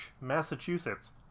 Massachusetts